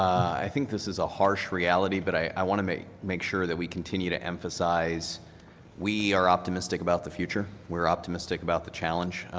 i think this is a harsh reality, but i want to make make sure that we continue to emphasize that we are optimistic about the future, were optimistic about the challenge.